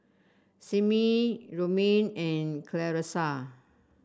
Simmie Romaine and Clarissa